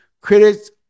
Critics